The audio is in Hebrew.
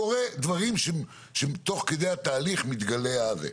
קורה שתוך כדי התהליך מתגלים הדברים.